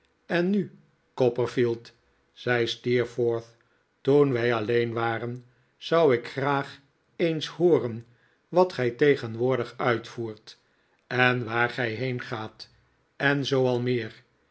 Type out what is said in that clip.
en nu copperfield zei steerforth toen wij alleen waren zou ik graag eens hooren wat gij tegenwoordig uitvoert en waar gij heengaat en zoo al meer